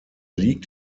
liegt